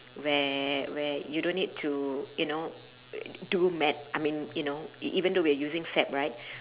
where where you don't need to you know do math I mean you know e~ even though we're using SEP right